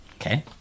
Okay